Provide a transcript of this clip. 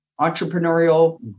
Entrepreneurial